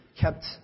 kept